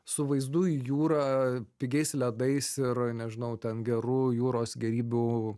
su vaizdu į jūrą pigiais ledais ir nežinau ten geru jūros gėrybių